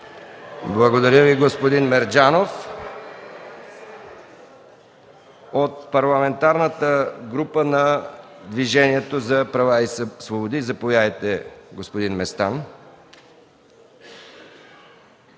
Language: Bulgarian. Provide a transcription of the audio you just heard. Благодаря Ви, господин Мерджанов. От Парламентарната група на Движението за права и свободи? Заповядайте, господин Местан.